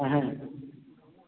अहाँ